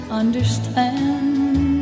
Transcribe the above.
understand